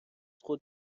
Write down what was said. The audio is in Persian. خود